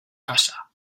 casa